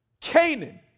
Canaan